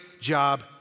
job